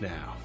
Now